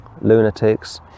lunatics